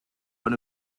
por